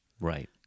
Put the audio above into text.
Right